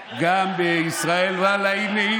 תודה.